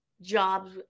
jobs